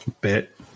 bit